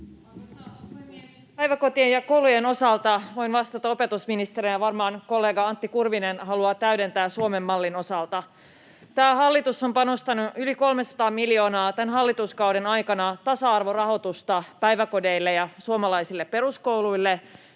Päiväkotien ja koulujen osalta voin vastata opetusministerinä, ja varmaan kollega Antti Kurvinen haluaa täydentää Suomen mallin osalta. Tämä hallitus on panostanut yli 300 miljoonaa tämän hallituskauden aikana tasa-arvorahoitusta päiväkodeille ja suomalaisille peruskouluille